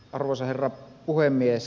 arvoisa herra puhemies